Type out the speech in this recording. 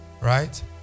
Right